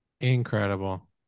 Incredible